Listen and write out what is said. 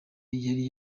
yari